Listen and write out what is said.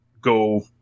go